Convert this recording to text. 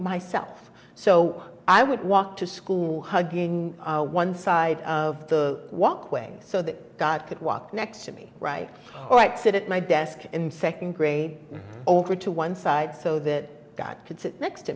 myself so i would walk to school hugging one side of the walkway so that god could walk next to me right right sit at my desk in second grade over to one side so that god could sit next to